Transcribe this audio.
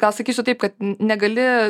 gal sakysiu taip kad negali